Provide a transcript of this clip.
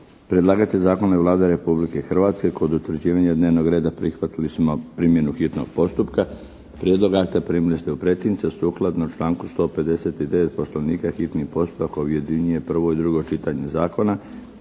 Predlagatelj zakona je Vlada Republike Hrvatske. Kod utvrđivanja dnevnog reda prihvatili smo primjenu hitnog postupka. Prijedlog akta primili ste u pretince. Sukladno članku 159. Poslovnika, hitni postupak objedinjuje prvo i drugo čitanje zakona.